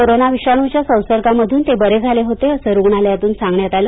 corona विषाणूच्या संसर्गामधून ते बरे झाले होते असं रुग्णालयातून सांगण्यात आलं